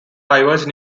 diverged